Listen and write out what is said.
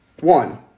One